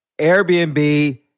Airbnb